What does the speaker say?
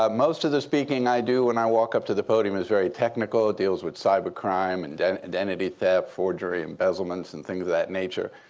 um most of the speaking i do when i walk up to the podium is very technical. it deals with cyber crime and and identity theft, forgery, embezzlements, and things of that nature.